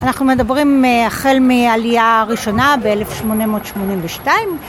אנחנו מדברים החל מעלייה הראשונה ב-1882